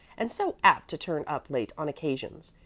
and so apt to turn up late on occasions.